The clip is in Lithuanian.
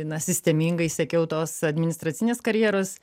na sistemingai siekiau tos administracinės karjeros